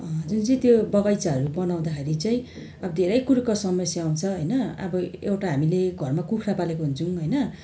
जुन चाहिँ त्यो बगैँचाहरू बनाउँदाखेरि चाहिँ अब धेरै कुरोको समस्या आउँछ होइन अब एउटा हामीले घरमा कुखुरा पालेको हुन्छौँ होइन